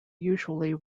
usually